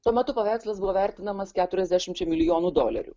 tuo metu paveikslas buvo vertinamas keturiasdešimčia milijonų dolerių